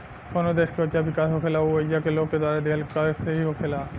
कवनो देश के वजह विकास होखेला उ ओइजा के लोग द्वारा दीहल कर से ही होखेला